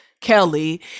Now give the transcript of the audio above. Kelly